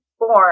Born